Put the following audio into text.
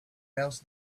else